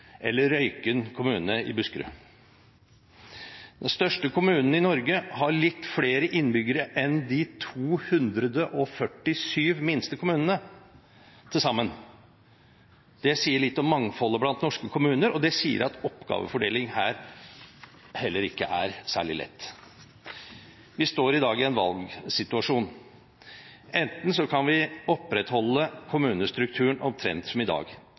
eller Røyken kommune i Buskerud. Den største kommunen i Norge har litt flere innbyggere enn de 247 minste kommunene til sammen. Det sier litt om mangfoldet blant norske kommuner, og det sier at oppgavefordeling her heller ikke er særlig lett. Vi står i dag i en valgsituasjon. Vi kan opprettholde kommunestrukturen omtrent som i dag.